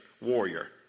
warrior